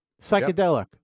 Psychedelic